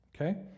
Okay